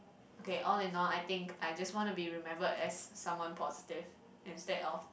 okay all in all I think I just want to be remembered as someone positive instead of